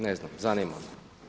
Ne znam, zanima me.